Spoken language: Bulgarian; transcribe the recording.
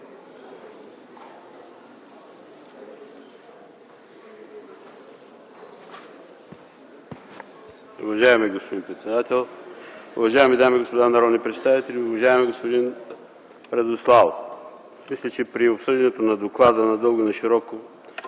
Уважаеми господин председател, уважаеми дами и господа народни представители, уважаеми господин Радославов! Мисля, че при обсъждането на доклада надълго и нашироко